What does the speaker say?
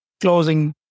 closing